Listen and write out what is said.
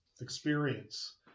experience